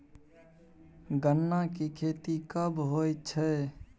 गन्ना की खेती कब होय छै?